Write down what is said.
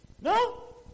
No